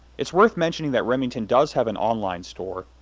it's worth mentioning that remington does have an online store,